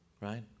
right